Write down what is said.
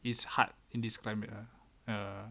it's hard in this climate lah err